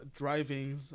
drivings